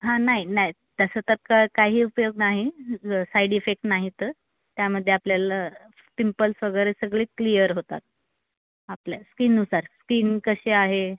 हां नाही नाही तसं तर का काही उपयोग नाही साईड इफेक्ट नाही तर त्यामध्ये आपल्याला पिंपल्स वगैरे सगळे क्लियर होतात आपल्या स्किननुसार स्किन कसे आहे